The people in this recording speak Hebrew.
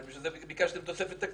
הרי בשביל זה ביקשתם תופסת תקציב.